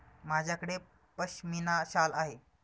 माझ्याकडे पश्मीना शाल आहे